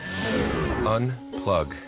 unplug